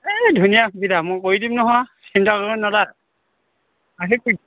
এই ধুনীয়া সুবিধা মই কৰি দিম নহয় চিন্তা কৰিব নালাগে আহিবি